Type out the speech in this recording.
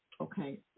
okay